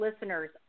listeners